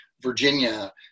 Virginia